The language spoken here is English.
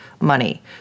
money